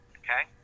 okay